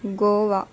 Goa